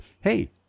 Hey